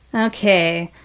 okay,